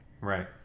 Right